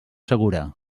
segura